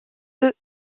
eux